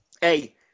hey